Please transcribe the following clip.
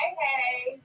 hey